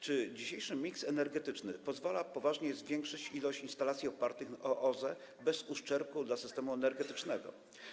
Czy dzisiejszy miks energetyczny pozwala poważnie zwiększyć ilość instalacji opartych na OZE bez uszczerbku dla systemu energetycznego?